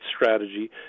strategy